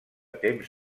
temps